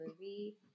movie